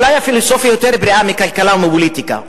אולי הפילוסופיה יותר בריאה מכלכלה ומפוליטיקה,